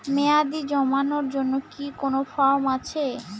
মেয়াদী জমানোর জন্য কি কোন ফর্ম আছে?